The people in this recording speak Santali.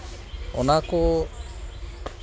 ᱚᱱᱟ ᱠᱚ